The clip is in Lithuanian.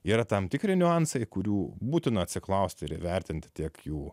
yra tam tikri niuansai kurių būtina atsiklausti ir įvertinti tiek jų